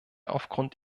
aufgrund